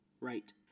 Right